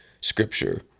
scripture